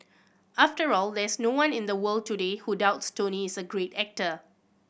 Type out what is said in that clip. after all there's no one in the world today who doubts Tony is a great actor